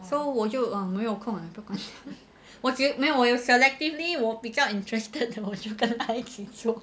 so 我就没有空不要管他没有我有 selectively 我比较 interested 的就跟他一起做